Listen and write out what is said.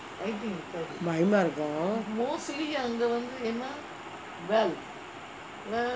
பயமா இருக்கும்:bayama irukkum